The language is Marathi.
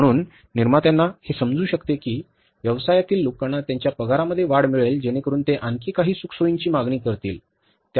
म्हणून निर्मात्यांना हे समजू शकते की व्यवसायातील लोकांना त्यांच्या पगारामध्ये वाढ मिळेल जेणेकरुन ते आणखी काही सुखसोयीची मागणी करतील